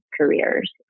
careers